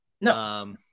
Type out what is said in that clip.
No